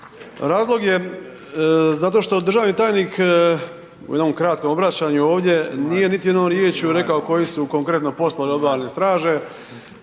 Razlog je zato što državni tajnik u jednom kratkom obraćanju ovdje nije niti jednom riječju rekao koji su konkretno poslovi obalne straže,